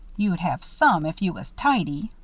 you'd have some, if you was tidy.